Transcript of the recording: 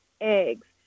eggs